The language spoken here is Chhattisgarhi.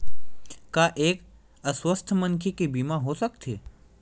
का एक अस्वस्थ मनखे के बीमा हो सकथे?